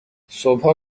صبحا